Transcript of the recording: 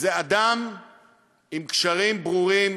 זה אדם עם קשרים ברורים